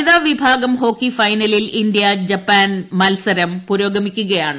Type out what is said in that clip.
വനിതാ വിഭാഗം ഹോക്കി ഫൈനലിൽ ഇന്തൃ ജപ്പാൻ മത്സരം പുരോഗമിയ്ക്കുകയാണ്